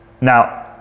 now